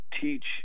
teach